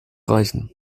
reichen